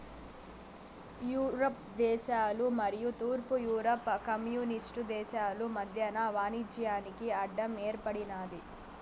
Europe దేశాలు మరియు తూర్పు యూరప్ కమ్యూనిస్టు దేశాలు మధ్యన వాణిజ్యానికి అడ్డం ఏర్పడినాది